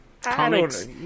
Comics